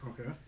Okay